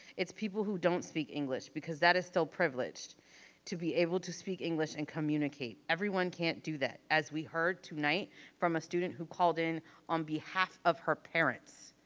it's people who don't speak english because that is still privileged to be able to speak english and communicate. everyone can't do that. as we heard tonight from a student who called in on behalf of her parents.